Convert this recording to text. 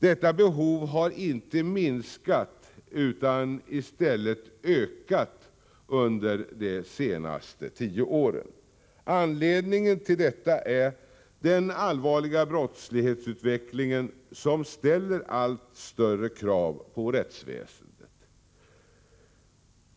Detta behov har inte minskat utan i stället ökat under de senaste tio åren. Anledningen till detta är den allvarliga brottslighetsutvecklingen, som ställer allt större krav på rättsväsendet.